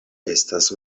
estas